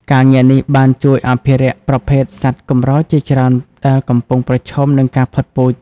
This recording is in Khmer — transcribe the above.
ការងារនេះបានជួយអភិរក្សប្រភេទសត្វកម្រជាច្រើនដែលកំពុងប្រឈមនឹងការផុតពូជ។